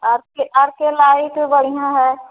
are K R K light बढ़िया है